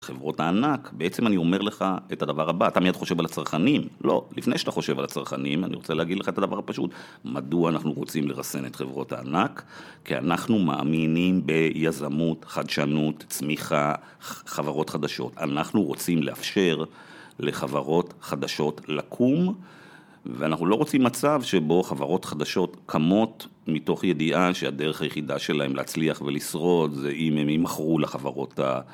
חברות הענק, בעצם אני אומר לך את הדבר הבא, אתה מיד חושב על הצרכנים, לא, לפני שאתה חושב על הצרכנים אני רוצה להגיד לך את הדבר הפשוט, מדוע אנחנו רוצים לרסן את חברות הענק? כי אנחנו מאמינים ביזמות, חדשנות, צמיחה, חברות חדשות. אנחנו רוצים לאפשר לחברות חדשות לקום ואנחנו לא רוצים מצב שבו חברות חדשות קמות מתוך ידיעה שהדרך היחידה שלהם להצליח ולשרוד זה אם הם ימכרו לחברות ה...